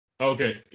Okay